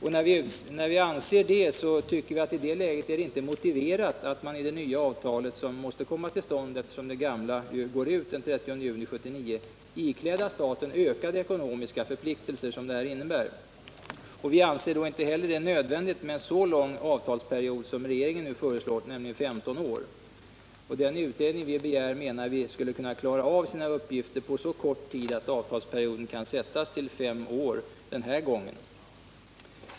I det läget anser vi det inte motiverat att i det nya avtal som måste komma till stånd, eftersom det gamla går ut den 30 juni 1979, ikläda staten ökade ekonomiska förpliktelser. Vi anser det då inte heller nödvändigt med en så lång avtalsperiod som regeringen nu föreslagit, nämligen 15 år. Den utredning vi begär borde kunna klara av sin uppgift på så kort tid att avtalsperioden kan sättas till fem år den här gången.